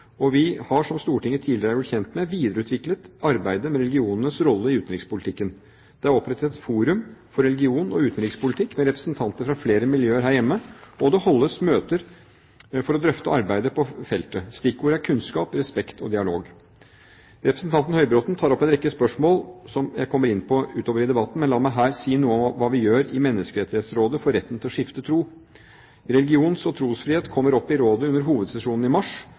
og vi har, som Stortinget tidligere er gjort kjent med, videreutviklet arbeidet med religionenes rolle i utenrikspolitikken. Det er opprettet et forum for religion og utenrikspolitikk med representanter fra flere miljøer her hjemme, der det holdes møter for å drøfte arbeidet på feltet. Stikkord er kunnskap, respekt og dialog. Representanten Høybråten tar opp en rekke spørsmål som jeg kommer inn på utover i debatten, men la meg her si noe om hva vi gjør i Menneskerettighetsrådet for retten til å skifte tro. Religions- og trosfrihet kommer opp i rådet under hovedsesjonen i mars.